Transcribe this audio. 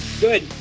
Good